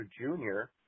junior